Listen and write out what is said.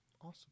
Awesome